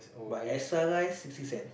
but extra rice sixty cents